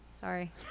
Sorry